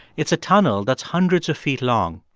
it's a tunnel that's hundreds of feet long.